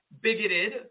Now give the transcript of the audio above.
bigoted